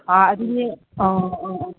ꯑꯥ ꯑꯗꯨꯗꯤ ꯑꯥ ꯑꯥ ꯑꯥ